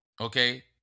Okay